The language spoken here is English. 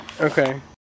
okay